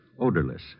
odorless